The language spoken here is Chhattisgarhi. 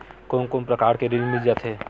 कोन कोन प्रकार के ऋण मिल जाथे?